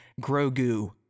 grogu